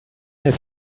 ist